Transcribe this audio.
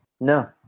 no